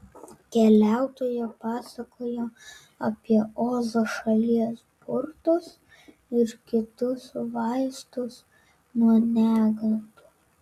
keliautoja pasakojo apie ozo šalies burtus ir kitus vaistus nuo negandų